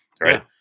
Right